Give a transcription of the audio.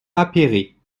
appéré